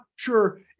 Sure